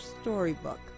storybook